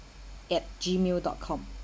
at gmail dot com